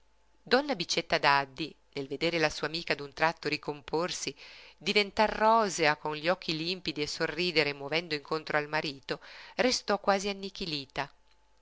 donna bicetta daddi nel vedere la sua amica d'un tratto ricomporsi diventar rosea con gli occhi limpidi e sorridere movendo incontro al marito restò quasi annichilita